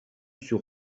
sur